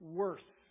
worse